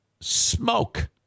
smoke